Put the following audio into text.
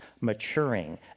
maturing